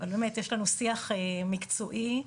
יש לנו שיח מקצועי ויעיל.